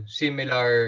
similar